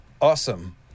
Awesome